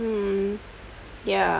mm ya